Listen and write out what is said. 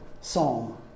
psalm